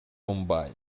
mumbai